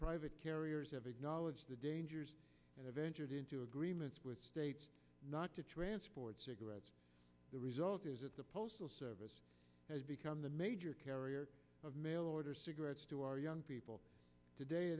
private carriers have acknowledged the dangers and ventured into agreements with states not to transport cigarettes the result is that the postal service has become the major carrier of mail order cigarettes to our young people today